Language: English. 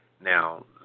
now